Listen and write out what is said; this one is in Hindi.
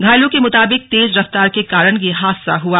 घायलों के मुताबिक तेज रफ्तार के कारण यह हादसा हुआ